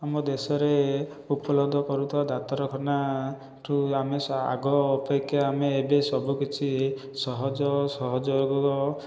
ଆମ ଦେଶରେ ଉପଲବ୍ଧ କରୁଥିବା ଡାକ୍ତରଖାନା ଠାରୁ ଆମେ ଆଗ ଅପେକ୍ଷା ଆମେ ଏବେ ସବୁକିଛି ସହଜ ଓ ସହଯୋଗ